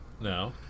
no